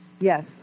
Yes